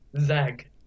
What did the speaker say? Zag